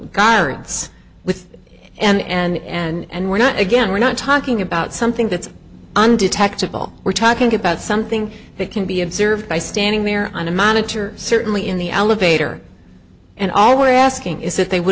guards with it and we're not again we're not talking about something that's undetectable we're talking about something that can be observed by standing there on a monitor certainly in the elevator and all we're asking is if they would